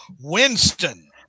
Winston